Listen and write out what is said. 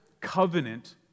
covenant